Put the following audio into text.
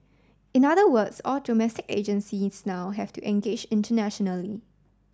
in other words all domestic agencies now have to engage internationally